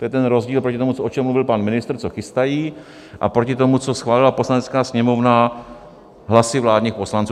To je ten rozdíl oproti tomu, o čem mluvil pan ministr, co chystají, a proti tomu, co schválila Poslanecká sněmovna hlasy vládních poslanců.